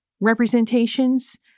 representations